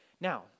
Now